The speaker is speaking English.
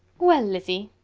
well, lizzy,